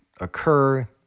occur